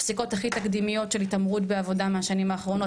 הפסיקות הכי תקדימיות של התעמרות בעבודה מהשנים האחרונות,